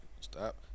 Stop